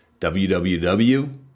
www